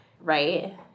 Right